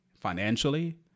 financially